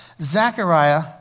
Zechariah